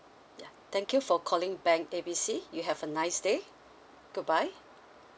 yeah thank you for calling bank A B C hope you have a nice day goodbye